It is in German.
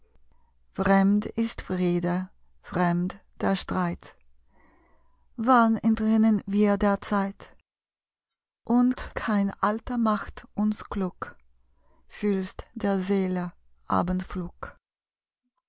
fremd ist friede fremd der streit wann entrinnen wir der zeit und kein alter macht uns klug fühlst der seele